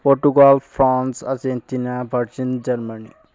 Portugal France Argentina Brazil Germany